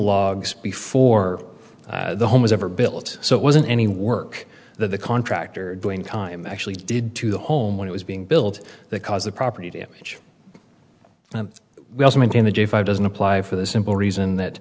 logs before the home was ever built so it wasn't any work that the contractor doing time actually did to the home when it was being built that caused the property damage and we also maintain the j five doesn't apply for the simple reason that